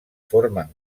formen